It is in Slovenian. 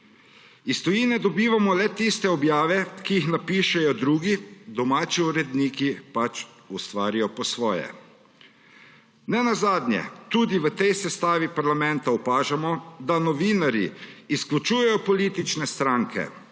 Iz tujine dobivamo le tiste objave, ki jih napišejo drugi, domači uredniki pač ustvarijo po svoje. Nenazadnje tudi v tej sestavi parlamenta opažamo, da novinarji izključujejo politične stranke.